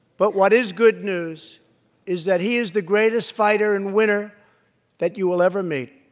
but what is good news is that he is the greatest fighter and winner that you will ever meet.